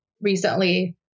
recently